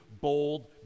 bold